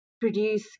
produce